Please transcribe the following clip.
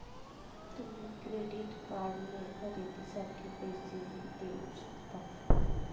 तुम्ही क्रेडिट कार्डने खरेदीसाठी पैसेही देऊ शकता